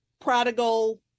prodigal